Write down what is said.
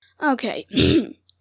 okay